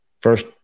First